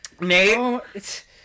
Nate